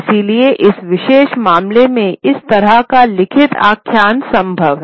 इसलिए इस विशेष मामले में एक तरह का लिखित आख्यान संभव है